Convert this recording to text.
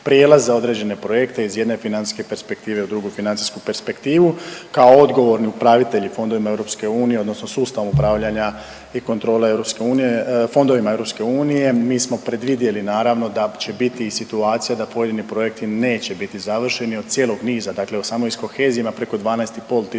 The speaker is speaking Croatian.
prijelaze određene projekte iz jedne financijske perspektive u drugu financijsku perspektivu, kao odgovorni upravitelji fondovima EU odnosno sustavom upravljanja i kontrole EU, fondovima EU. Mi smo predvidjeli, naravno, da će biti i situacija da pojedini projekti neće biti završeni od cijelog niza, dakle od, samo iz kohezije ima preko 12,5